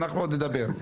אנחנו עוד נדבר.